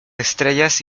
estrellas